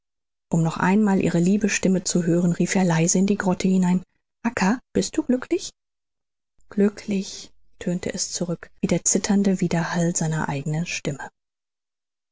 um noch einmal ihre liebe stimme zu hören rief er leise in die grotte hinein acca bist du glücklich glücklich tönte es zurück wie der zitternde wiederhall seiner eigenen stimme